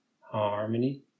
harmony